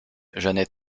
janet